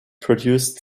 produced